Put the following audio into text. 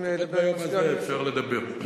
שלפחות ביום הזה אפשר לדבר.